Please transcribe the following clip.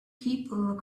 people